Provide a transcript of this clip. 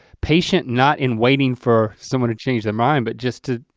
patient not in waiting for someone to change their mind but just to